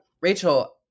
Rachel